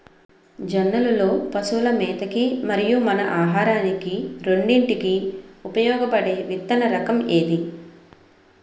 జొన్నలు లో పశువుల మేత కి మరియు మన ఆహారానికి రెండింటికి ఉపయోగపడే విత్తన రకం ఏది?